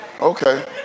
Okay